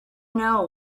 know